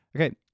Okay